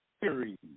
series